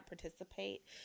participate